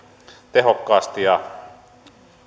tehokkaasti ja